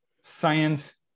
science